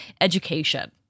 education